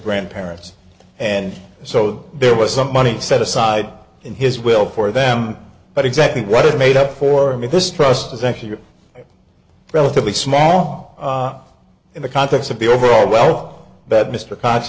grandparents and so there was some money set aside in his will for them but exactly what it made up for me this trust is actually a relatively small in the context of the overall wealth that mr